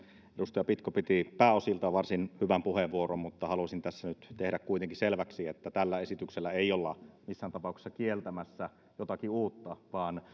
edustaja pitko piti pääosiltaan varsin hyvän puheenvuoron mutta haluaisin tässä nyt kuitenkin tehdä selväksi että tällä esityksellä ei olla missään tapauksessa kieltämässä jotakin uutta vaan